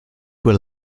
will